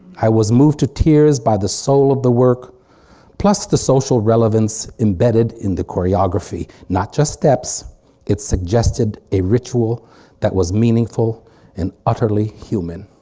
i was moved to tears by the soul of the work plus the social relevance embedded in the choreography not just steps it suggested a ritual that was meaningful and utterly human.